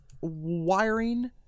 wiring